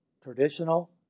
Traditional